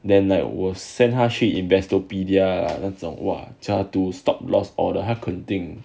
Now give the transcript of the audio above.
then like 我 send 他去 investopedia 那种 !wah! stop loss order 他肯定